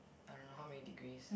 I don't know how many degrees